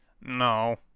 No